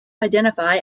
identify